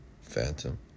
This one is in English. Phantom